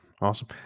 Awesome